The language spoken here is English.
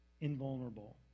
invulnerable